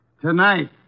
Tonight